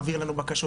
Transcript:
מעביר לנו בקשות,